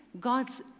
God's